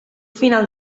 final